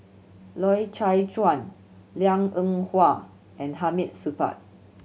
Loy Chye Chuan Liang Eng Hwa and Hamid Supaat